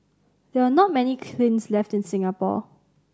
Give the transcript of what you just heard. there are not many kilns left in Singapore